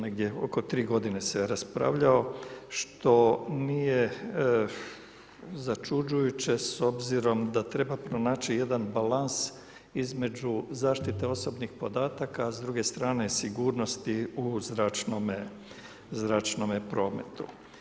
Negdje oko 3 godine se raspravljao, što nije začuđujuće s obzirom da treba pronaći jedan balans između zaštite osobnih podataka s druge strane sigurnosti u zračne prometu.